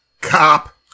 cop